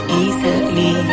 easily